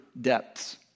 depths